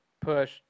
push